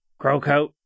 Crowcoat